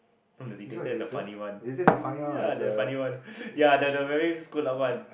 no the Dictator is a funny one ya the funny one ya the the very screwed up one